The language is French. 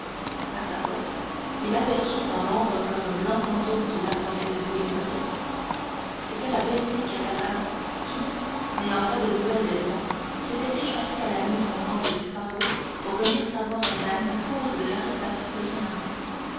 à sa porte il aperçut dans l'ombre comme un blanc fantôme qui l'attendait debout et immobile c'était la belle fille catalane qui n'ayant pas de nouvelles d'edmond s'était échappée à la nuit tombante du pharo pour venir savoir elle-même la cause de l'arrestation de son amant